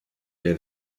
der